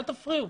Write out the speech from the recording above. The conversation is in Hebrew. אל תפריעו.